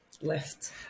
left